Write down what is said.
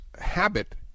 habit